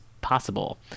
possible